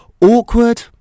Awkward